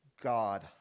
God